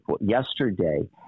yesterday